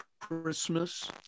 Christmas